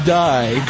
die